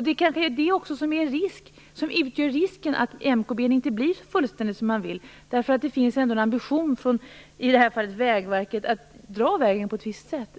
Det kanske också är det som utgör risken för att MKB:n inte blir så fullständig som man vill. Det finns ändå en ambition från i detta fall Vägverket att dra vägen på ett visst sätt.